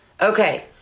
okay